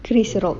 chris rock